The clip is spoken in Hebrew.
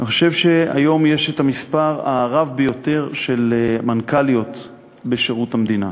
אני חושב שהיום יש המספר הרב ביותר של מנכ"ליות בשירות המדינה.